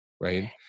right